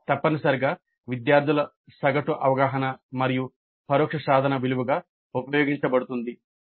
ఇది తప్పనిసరిగా విద్యార్థుల సగటు అవగాహన మరియు పరోక్ష సాధన విలువగా ఉపయోగించబడుతుంది